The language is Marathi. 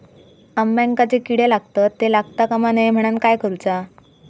अंब्यांका जो किडे लागतत ते लागता कमा नये म्हनाण काय करूचा?